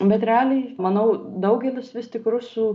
bet realiai manau daugelis vis tik rusų